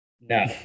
No